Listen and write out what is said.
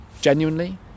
genuinely